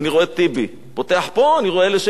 אני רואה לשם האיזון את זועבי.